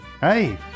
Hey